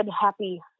happy